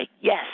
Yes